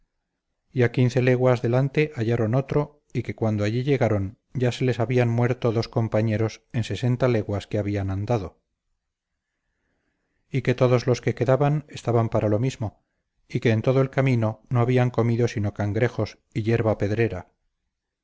a quince leguas delante hallaron otro y que cuando allí llegaron ya se les habían muerto dos compañeros en sesenta leguas que habían andado y que todos los que quedaban estaban para lo mismo y que en todo el camino no habían comido sino cangrejos y yerba pedrera